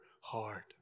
hard